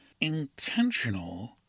intentional